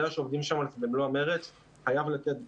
שעובדים שם במלוא המרץ חייב לתת גז.